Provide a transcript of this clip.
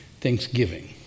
Thanksgiving